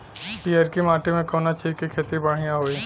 पियरकी माटी मे कउना चीज़ के खेती बढ़ियां होई?